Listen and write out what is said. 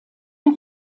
der